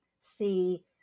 see